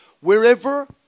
Wherever